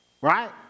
Right